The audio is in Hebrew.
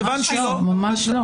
ממש לא.